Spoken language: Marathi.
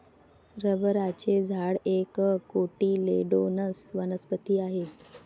रबराचे झाड एक कोटिलेडोनस वनस्पती आहे